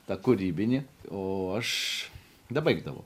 tą kūrybinį o aš dabaigdavau